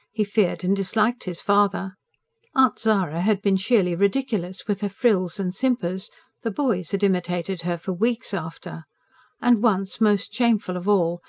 he feared and disliked his father aunt zara had been sheerly ridiculous, with her frills and simpers the boys had imitated her for weeks after and once, most shameful of all,